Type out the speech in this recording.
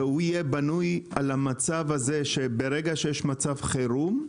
ויהיה בנוי על כך שברגע שיש מצב חירום,